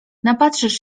napatrzysz